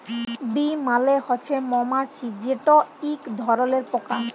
bee মালে হছে মমাছি যেট ইক ধরলের পকা